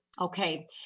Okay